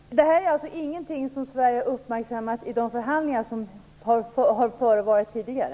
Herr talman! Det här är alltså ingenting som Sverige har uppmärksammat i de förhandlingar som har förts tidigare?